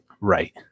right